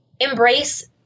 embrace